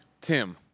Tim